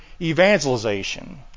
evangelization